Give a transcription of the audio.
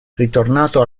ritornato